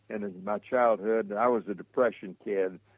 and in my childhood i was a depression kid.